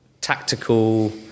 tactical